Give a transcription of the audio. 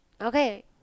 Okay